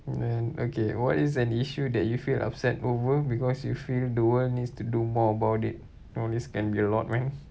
then okay what is an issue that you feel upset over because you feel the world needs to do more about it oh this can be a lot man